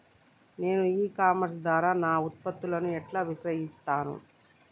నేను e commerce ద్వారా నా ఉత్పత్తులను ఎట్లా విక్రయిత్తను?